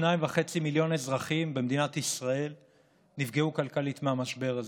2.5 מיליון אזרחים במדינת ישראל נפגעו כלכלית מהמשבר הזה.